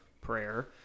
prayer